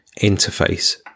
interface